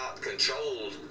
controlled